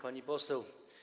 Pani Poseł!